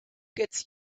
gets